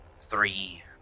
Three